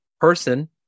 Person